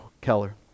Keller